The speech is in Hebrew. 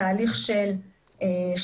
תהליך של שימוע,